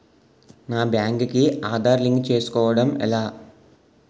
నా బ్యాంక్ కి ఆధార్ లింక్ చేసుకోవడం ఎలా?